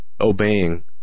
obeying